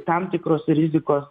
tam tikros rizikos